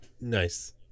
Nice